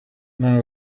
none